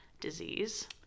disease